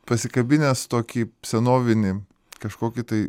pasikabinęs tokį senovinį kažkokį tai